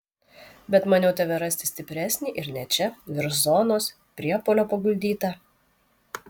bet maniau tave rasti stipresnį ir ne čia virš zonos priepuolio paguldytą